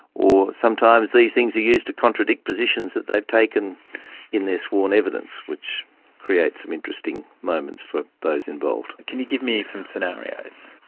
or sometimes these things are used to contradict positions that they've taken in their sworn evidence, which creates some interesting moments for those involved. can you give me some scenarios?